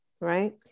right